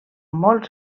molts